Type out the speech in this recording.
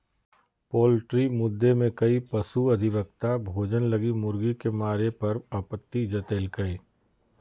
poultry मुद्दे में कई पशु अधिवक्ता भोजन लगी मुर्गी के मारे पर आपत्ति जतैल्कय